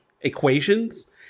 equations